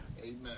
Amen